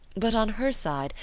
but on her side,